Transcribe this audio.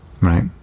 Right